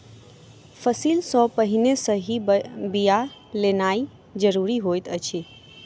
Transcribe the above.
फसिल सॅ पहिने सही बिया लेनाइ ज़रूरी होइत अछि